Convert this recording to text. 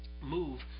move